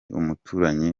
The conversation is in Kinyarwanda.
umuturanyi